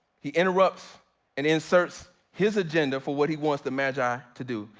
he interrupts and inserts his agenda for what he wants the magi to do.